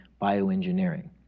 bioengineering